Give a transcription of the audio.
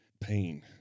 pain